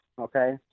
Okay